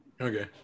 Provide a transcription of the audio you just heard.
Okay